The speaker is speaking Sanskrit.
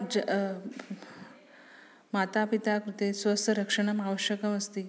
ज माता पिता कृते स्वस्य रक्षणम् आवश्यकमस्ति